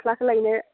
गस्लाखौ लायनो